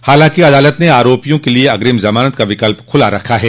हालांकि अदालत ने आरोपियों के लिये अग्रिम जमानत का विकल्प खुला रखा है